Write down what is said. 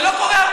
זה לא קורה הרבה,